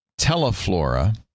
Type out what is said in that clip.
Teleflora